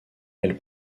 elle